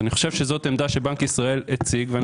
אני חושב שזו עמדה שבנק ישראל הציג ואני